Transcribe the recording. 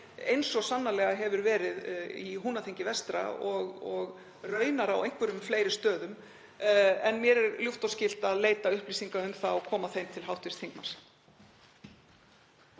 eins og sannarlega hefur verið í Húnaþingi vestra og raunar á einhverjum fleiri stöðum. En mér er ljúft og skylt að leita upplýsinga um það og koma þeim til hv. þingmanns.